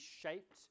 shaped